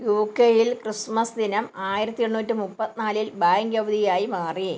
U കെയിൽ Christmas ദിനം ആയിരത്തി എണ്ണൂറ്റി മുപ്പത്തിനാലിൽ ബാങ്ക് അവധിയായി മാറി